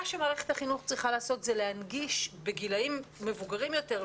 מה שמערכת החינוך צריכה לעשות זה להנגיש בגילאים מבוגרים יותר,